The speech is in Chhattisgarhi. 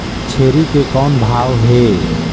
छेरी के कौन भाव हे?